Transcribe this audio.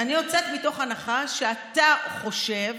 אני יוצאת מתוך הנחה שאתה חושב